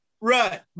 right